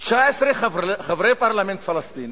19 חברי פרלמנט פלסטינים,